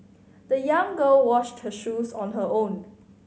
the young girl washed her shoes on her own